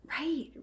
Right